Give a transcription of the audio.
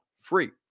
free